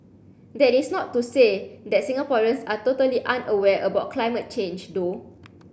that is not to say that Singaporeans are totally unaware about climate change though